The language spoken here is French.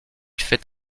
fait